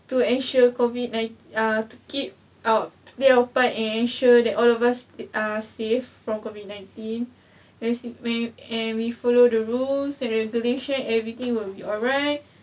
to ensure COVID nineteen uh to keep out take our part and ensure that all of us are safe from COVID nineteen as we and we follow the rules and regulation everything will be alright